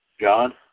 John